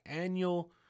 annual